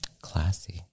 classy